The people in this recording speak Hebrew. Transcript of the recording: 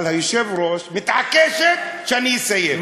אבל היושבת-ראש מתעקשת שאני אסיים.